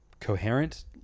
coherent